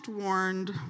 warned